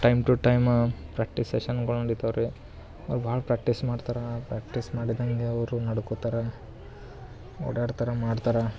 time to time practice ಸೆಶನ್ಗಳು ನಡಿತವೆ ರೀ ಅವ್ರು ಭಾಳ್ ಪ್ರಾಕ್ಟೀಸ್ ಮಾಡ್ತರೆ ಪ್ರಾಕ್ಟೀಸ್ ಮಾಡಿದಂಗೆ ಅವರು ನಡ್ಕೋತಾರೆ ಓಡಾಡ್ತರೆ ಮಾಡ್ತರೆ